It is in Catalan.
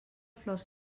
flors